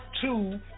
two